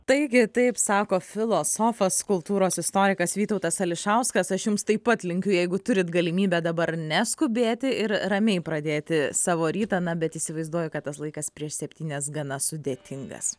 taigi taip sako filosofas kultūros istorikas vytautas ališauskas aš jums taip pat linkiu jeigu turit galimybę dabar neskubėti ir ramiai pradėti savo rytą na bet įsivaizduoju kad tas laikas prieš septynias gana sudėtingas